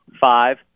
five